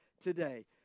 today